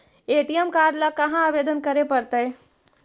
ATM card ल कहा आवेदन करे पड़तै?